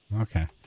Okay